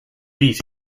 beat